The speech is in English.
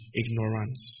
ignorance